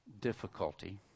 difficulty